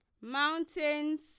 mountains